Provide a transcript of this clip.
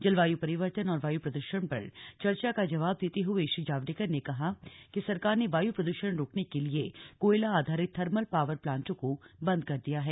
जलवायु परिवर्तन और वायु प्रदूषण पर चर्चा का जवाब देते हुए श्री जावड़ेकर ने कहा कि सरकार ने वायु प्रदूषण रोकने के लिए कोयला आधारित थर्मल पावर प्लांटों को बंद कर दिया है